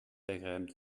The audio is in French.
agréable